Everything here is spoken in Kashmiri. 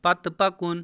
پتہٕ پکُن